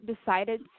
decided